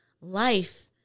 life